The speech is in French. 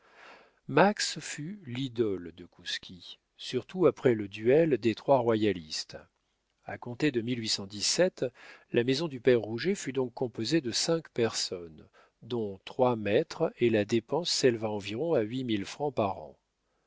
max fut l'idole de kouski surtout après le duel des trois royalistes a compter de la maison du père rouget fut donc composée de cinq personnes dont trois maîtres et la dépense s'éleva environ à huit mille francs par an